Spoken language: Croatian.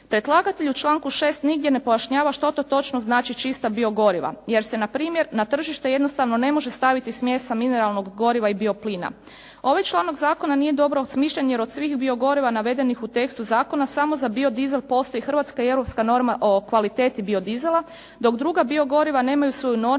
Predlagatelj u članku 6. nigdje ne pojašnjava što to točno znači čista biogoriva jer se na primjer na tržište jednostavno ne može staviti smjesa mineralnog goriva i bioplina. Ovaj članak zakona nije dobro osmišljen jer od svih biogoriva navedenih u tekstu zakona samo za biodisel postoji hrvatska i europska norma o kvaliteti biodisela dok druga biogoriva nemaju svoju normu